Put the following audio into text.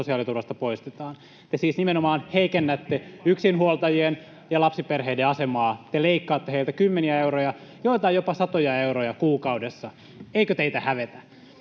välihuuto] Te siis nimenomaan heikennätte yksinhuoltajien ja lapsiperheiden asemaa. Te leikkaatte heiltä kymmeniä euroja, joiltain jopa satoja euroja kuukaudessa. Eikö teitä hävetä?